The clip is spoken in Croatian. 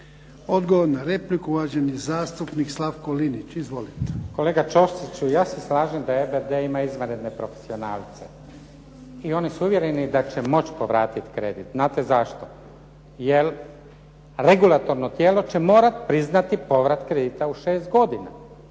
Odgovor na repliku, uvaženi zastupnik Slavko Linić. Izvolite. **Linić, Slavko (SDP)** Kolega Ćosiću, ja se slažem da … /Govornik se ne razumije./ … ima izvanredne profesionalce. I oni su uvjereni da će moći povratiti kredit. Znate zašto? Jer regulatorno tijelo će morati priznati povrat kredita u 6 godina.